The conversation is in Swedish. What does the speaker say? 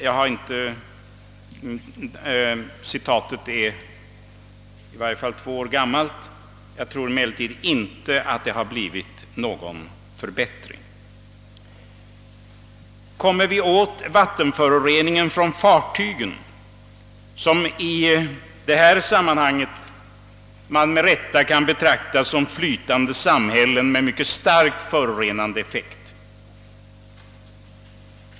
Siffran är två år gammal jag tror emellertid inte att det har blivit någon förbättring. Kommer vi åt vattenföroreningarna från fartygen, som man i detta sammanhang med rätta kan betrakta som flytande samhällen med mycket starkt förorenande effekt?